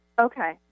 Okay